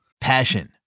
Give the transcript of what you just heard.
Passion